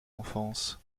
enfance